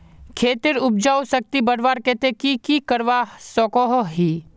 खेतेर उपजाऊ शक्ति बढ़वार केते की की करवा सकोहो ही?